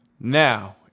Now